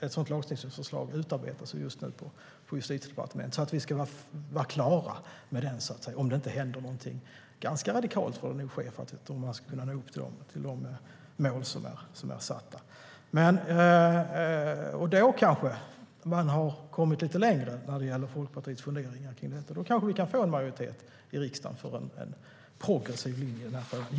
Ett sådant förslag utarbetas just nu på Justitiedepartementet, så att vi ska vara klara med det om man inte når upp till de mål som är satta - och det måste nog hända någonting ganska radikalt för att det ska kunna ske. Om ett lagstiftningsförslag läggs fram kanske Folkpartiet vid det laget har kommit lite längre i sina funderingar. Då kanske vi kan få en majoritet i riksdagen för en progressiv linje i denna fråga.